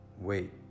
Wait